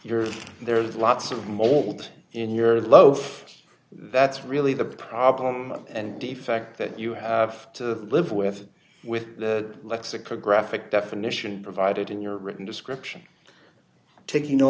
your there is lots of mold in your loaf that's really the problem and the fact that you have to live with with the lexicographic definition provided in your written description tak